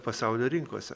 pasaulio rinkose